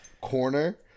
corner